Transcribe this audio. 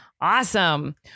Awesome